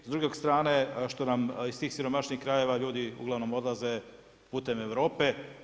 S druge strane što nam iz tih siromašnijih krajeva ljudi uglavnom odlaze putem Europe.